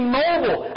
mobile